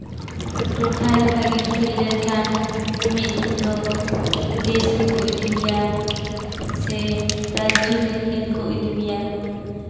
ᱴᱚᱴᱷᱟᱨᱮ ᱵᱷᱟᱜᱮᱢ ᱠᱷᱮᱞ ᱞᱮᱱᱠᱷᱟᱱ ᱢᱤᱫ ᱫᱤᱱ ᱫᱚ ᱫᱮᱥ ᱨᱮᱠᱚ ᱤᱫᱤ ᱢᱮᱭᱟ ᱥᱮ ᱨᱟᱡᱽᱡᱚ ᱨᱮ ᱠᱷᱮᱞ ᱠᱚ ᱤᱫᱤ ᱢᱮᱭᱟ